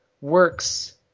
works